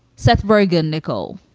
seth rogen. nicole